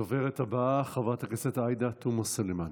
הדוברת הבאה, חברת הכנסת עאידה תומא סלימאן.